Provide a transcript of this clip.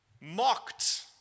mocked